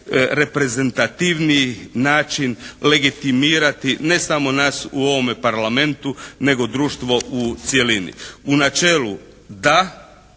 najreprezentativniji način legitimirati ne samo nas u ovome Parlamentu nego društvo u cjelini. U načelu da